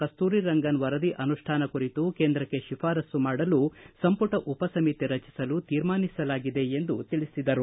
ಕಸ್ತೂರಿ ರಂಗನ್ ವರದಿ ಅನುಷ್ಠಾನ ಕುರಿತು ಕೇಂದ್ರಕ್ಕೆ ಶಿಫಾರಸ್ಲು ಮಾಡಲು ಸಂಪುಟ ಉಪಸಮಿತಿ ರಚಿಸಲು ತೀರ್ಮಾನಿಸಲಾಗಿದೆ ಎಂದು ತಿಳಿಸಿದರು